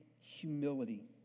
humility